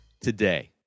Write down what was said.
today